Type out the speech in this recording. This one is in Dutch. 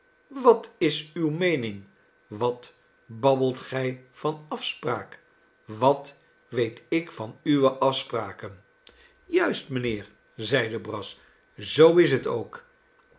wat is uwe meening wat babbelt gij van afspraak wat weetikvanuwe afspraken juist mijnheer zeide brass zoo is het ook